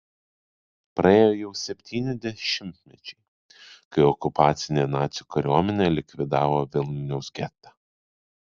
praėjo jau septyni dešimtmečiai kai okupacinė nacių kariuomenė likvidavo vilniaus getą